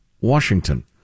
Washington